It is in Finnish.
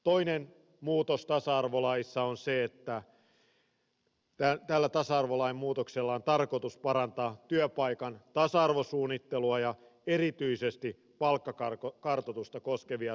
toinen muutos tasa arvolaissa on se että tällä tasa arvolain muutoksella on tarkoitus parantaa työpaikan tasa arvosuunnittelua ja erityisesti palkkakartoitusta koskevia säännöksiä